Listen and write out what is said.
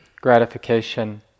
gratification